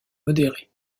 modéré